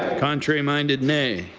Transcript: contrary minded nay.